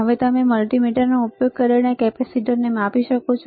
હવે તમે આ મલ્ટિમીટરનો ઉપયોગ કરીને કેપેસિટરને માપી શકો છો